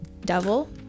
devil